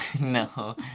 No